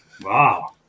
Wow